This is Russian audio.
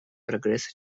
прогресса